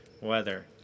weather